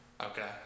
okay